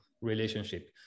relationship